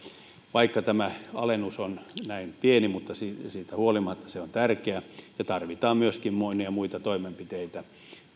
vaikka tämä alennus on näin pieni niin siitä huolimatta se on tärkeä ja tarvitaan myöskin monia muita toimenpiteitä